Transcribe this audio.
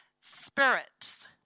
spirits